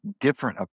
different